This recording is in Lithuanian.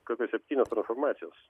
kokios septynios transformacijos